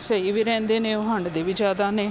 ਸਹੀ ਵੀ ਰਹਿੰਦੇ ਨੇ ਉਹ ਹੰਢ ਦੇ ਵੀ ਜ਼ਿਆਦਾ ਨੇ